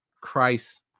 Christ